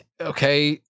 okay